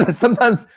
but sometimes,